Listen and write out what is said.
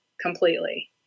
completely